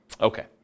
Okay